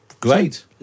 Great